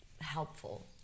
helpful